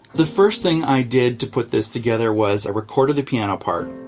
the first thing i did to put this together was, i recorded the piano part.